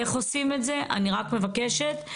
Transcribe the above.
ברור לי שהנושא היום הוא יותר החיסון המוגבר,